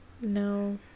no